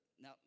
Now